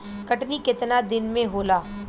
कटनी केतना दिन मे होला?